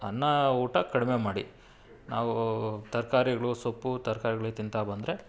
ಅನ್ನ ಊಟ ಕಡಿಮೆ ಮಾಡಿ ನಾವು ತರಕಾರಿಗ್ಳು ಸೊಪ್ಪು ತರಕಾರಿಗ್ಳೆ ತಿಂತಾ ಬಂದರೆ